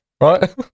Right